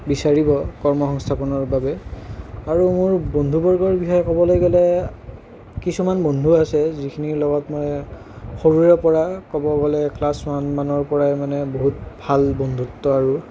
বিচাৰিব কৰ্ম সংস্থাপনৰ বাবে আৰু মোৰ বন্ধু বৰ্গৰ বিষয়ে ক'বলৈ গ'লে কিছুমান বন্ধু আছে যিখিনিৰ লগত মই সৰুৰে পৰা ক'ব গ'লে ক্লাছ ওৱান মানৰ পৰাই মানে বহুত ভাল বন্ধুত্ব আৰু